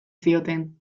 zioten